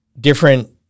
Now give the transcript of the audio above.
different